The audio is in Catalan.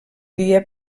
dia